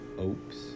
oops